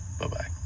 bye-bye